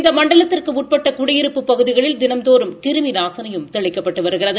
இந்த மண்டலத்திற்கு உட்பட்ட குடியிருப்புப் பகுதிகளில் தினந்தோறும் கிருமி நாசினியும் தெளிக்கப்பட்டு வருகிறது